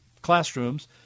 classrooms